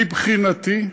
מבחינתי,